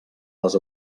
les